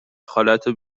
خالتو